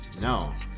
No